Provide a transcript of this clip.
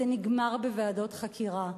זה נגמר בוועדות חקירה,